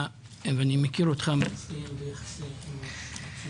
אני מכיר אותך במשך שנים, אתה מצטיין ביחסי אנוש.